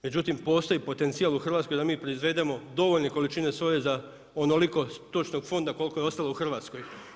Međutim, postoji potencijal u Hrvatskoj da mi proizvedemo dovoljne količine soje za onoliko stočnog fonda koliko je ostalo u Hrvatskoj.